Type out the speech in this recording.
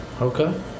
Okay